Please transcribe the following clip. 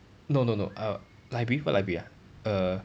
no no no uh library what library ah err